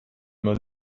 man